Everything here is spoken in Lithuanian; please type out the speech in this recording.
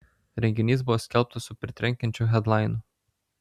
renginys buvo skelbtas su pritrenkiančiu hedlainu